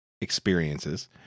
experiences